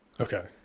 Okay